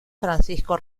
francisco